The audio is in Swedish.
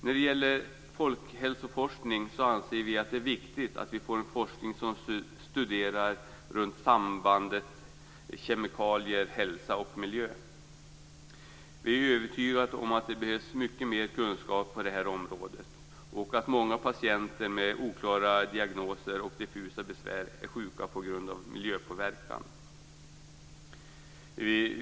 När det gäller folkhälsoforskningen anser vi att det är viktigt att vi får en forskning som studerar samband runt kemikalier, hälsa och miljö. Vi är övertygade om att det behövs mycket mer kunskap på det här området och att många patienter med oklara diagnoser och diffusa besvär är sjuka på grund av miljöpåverkan.